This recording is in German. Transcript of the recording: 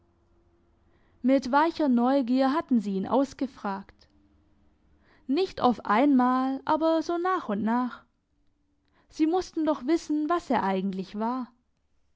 mit weicher neugier hatten sie ihn ausgefragt nicht auf einmal aber so nach und nach sie mussten doch wissen was er eigentlich war